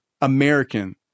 American